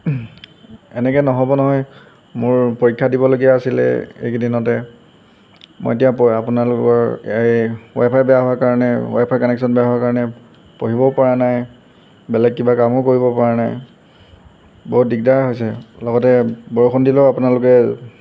এনেকৈ নহ'ব নহয় মোৰ পৰীক্ষা দিবলগীয়া আছিলে এইকেইদিনতে মই এতিয়া আপোনালোকৰ এই ৱাইফাই বেয়া হোৱাৰ কাৰণে ৱাইফাই কানেকশ্যন বেয়া হোৱাৰ কাৰণে পঢ়িবওপৰা নাই বেলেগ কিবা কামো কৰিবপৰা নাই বৰ দিগদাৰ হৈছে লগতে বৰষুণ দিলেও আপোনালোকে